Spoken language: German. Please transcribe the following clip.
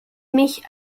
mich